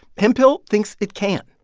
hemphill thinks it can.